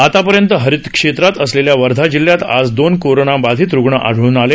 आतापर्यंत हरित क्षेत्रात असलेल्या वर्धा जिल्ह्यात आज दोन कोरोनाबाधित रुग्ण आढळून आले